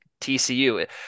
TCU